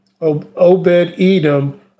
Obed-edom